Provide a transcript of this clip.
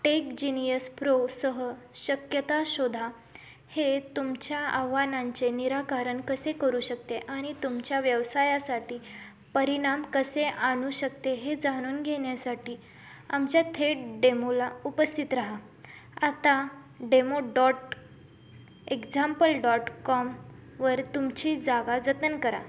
TechGenius प्रोसह शक्यता शोधा हे तुमच्या आव्हानांचे निराकरण कसे करू शकते आणि तुमच्या व्यवसायासाठी परिणाम कसे आणू शकते हे जाणून घेण्यासाठी आमच्या थेट डेमोला उपस्थित रहा आता डेमो डॉट एक्झाम्पल डॉट कॉमवर तुमची जागा जतन करा